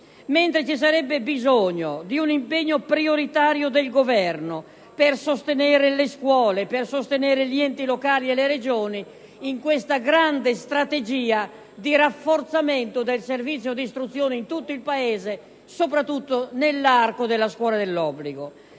contrario, ci sarebbe bisogno di un impegno prioritario del Governo per sostenere le scuole, gli enti locali e le Regioni in questa grande strategia di rafforzamento del servizio di istruzione in tutto il Paese, soprattutto nell'arco temporale della scuola dell'obbligo.